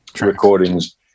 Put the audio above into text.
recordings